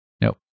Nope